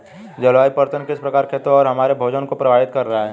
जलवायु परिवर्तन किस प्रकार खेतों और हमारे भोजन को प्रभावित कर रहा है?